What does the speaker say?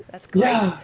that's great.